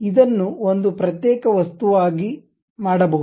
ಇದನ್ನು ಒಂದು ಪ್ರತ್ಯೇಕ ವಸ್ತುವಿಗಾಗಿ ಮಾಡಬಹುದು